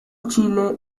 chile